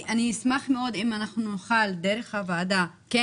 אני אשמח מאוד אם נוכל דרך הוועדה כן